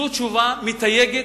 זאת תשובה מתייגת,